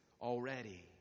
already